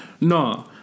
No